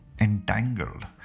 entangled